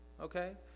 Okay